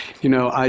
you know,